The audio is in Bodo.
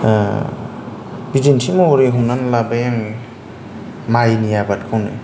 बिदिन्थि महरै हमनानै लाबाय आङो माइनि आबादखौनो